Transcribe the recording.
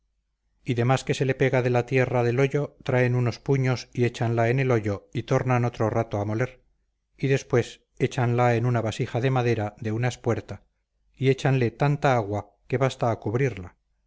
y demás que se le pega de la tierra del hoyo traen otros puños y échanla en el hoyo y tornan otro rato a moler y después échanla en una vasija de madera de una espuerta y échanle tanta agua que basta a cubrirla